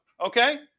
Okay